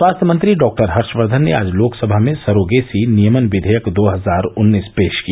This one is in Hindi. स्वास्थ्य मंत्री डॉक्टर हर्षवर्धन ने आज लोकसभा में सरोगेसी नियमन विधेयक दो हजार उन्नीस पेश किया